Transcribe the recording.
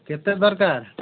କେତେ ଦରକାର